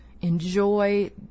Enjoy